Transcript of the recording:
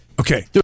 Okay